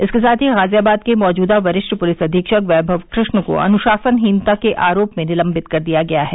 इसके साथ ही गाजियाबाद के मौजूदा वरिष्ठ पुलिस अधीक्षक वैभव कृष्ण को अनुशासनहीनता के आरोप में निलंबित कर दिया गया है